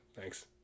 Thanks